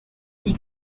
die